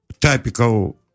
typical